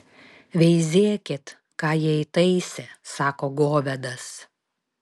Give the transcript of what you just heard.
veizėkit ką jie įtaisė sako govedas